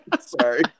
sorry